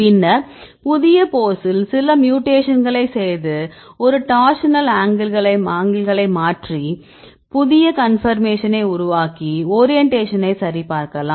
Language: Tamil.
பின்னர் புதிய போஸில் சில மியூடேக்ஷன்களை செய்து டார்சினல் ஆங்கிள்களை மாற்றி புதிய கன்பர்மேஷன்னை உருவாக்கி ஓரியன்டேஷனை சரி பார்க்கலாம்